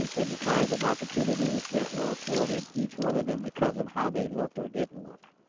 and and the kinds of opportunities that were afforded each one of them because of how they looked or didn't look.